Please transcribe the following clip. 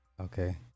Okay